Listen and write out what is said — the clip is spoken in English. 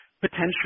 potentially